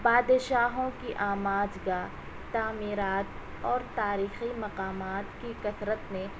بادشاہوں کی آماجگاہ تعمیرات اور تاریخی مقامات کی کثرت نے